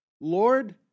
Lord